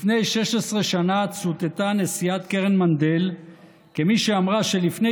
לפני 16 שנה צוטטה נשיאת קרן מנדל כמי שאמרה שלפני